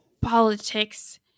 politics